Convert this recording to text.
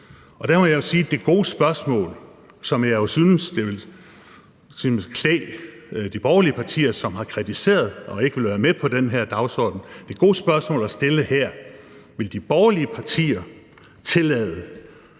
det gode spørgsmål, som jeg jo synes det ville klæde de borgerlige partier, som har kritiseret, og som ikke vil være med på den her forslag, at stille her er: Vil de borgerlige partier tillade,